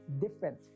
different